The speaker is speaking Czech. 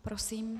Prosím.